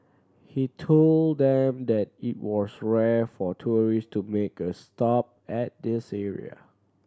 he told them that it was rare for tourist to make a stop at this area